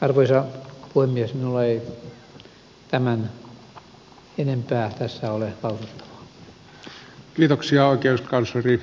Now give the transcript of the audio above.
ratkaisemaan enemmän kuin on tullut kanteluita sisään